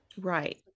right